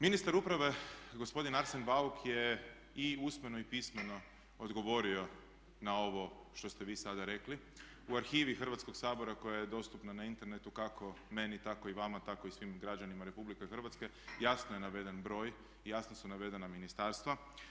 Ministar uprave gospodin Arsen Bauk je i usmeno i pismeno odgovorio na ovo što ste vi sada rekli u arhivi Hrvatskog sabora koja je dostupna na internetu kako meni, tako i vama, tako i svim građanima Republike Hrvatske jasno je naveden broj i jasno su navedena ministarstva.